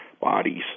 bodies